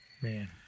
Man